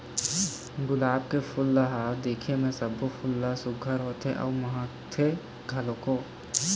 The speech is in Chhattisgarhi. गुलाब के फूल ल ह दिखे म सब्बो फूल ले सुग्घर होथे अउ महकथे घलोक